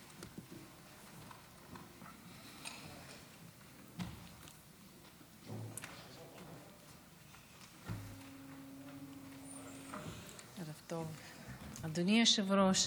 ערב טוב, אדוני היושב-ראש.